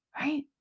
right